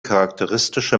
charakteristische